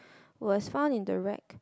was found in the rack